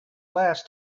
last